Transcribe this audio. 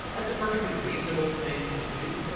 that's a perfectly reasonable thing to do.